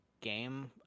game